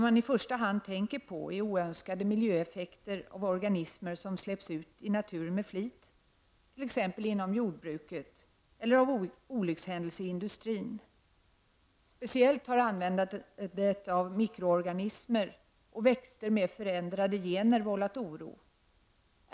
I första hand tänker man på oönskade miljöeffekter av organismer som släpps ut i naturen med flit, t.ex. inom jordbruket, eller av olyckshändelser i industrin. Speciellt har användandet av mikroorganismer och växter med förändrade gener vållat oro.